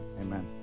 Amen